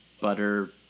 Butter